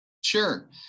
Sure